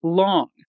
long